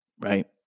right